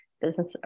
business